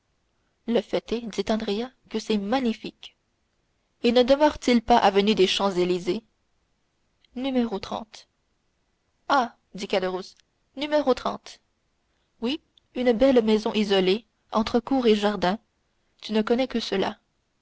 le fait est dit andrea que c'est magnifique et ne demeure-t-il pas avenue des champs-élysées numéro trente ah dit caderousse numéro trente oui une belle maison isolée entre cour et jardin tu ne connais que cela